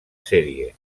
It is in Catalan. sèrie